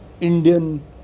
Indian